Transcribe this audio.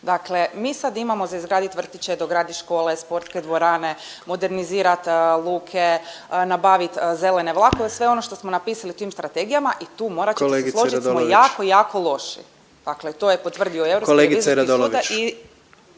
Dakle, mi sad imamo za izgradit vrtiće, dogradit škole, sportske dvorane, modernizirat luke, nabavit zelene vlakove, sve ono što smo napisali u tim strategijama i tu morat ćete se složit … …/Upadica predsjednik: Kolegice